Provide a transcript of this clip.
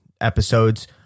episodes